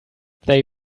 they